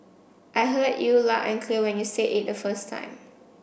I heard you loud and clear when you said it the first time